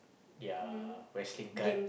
their wrestling card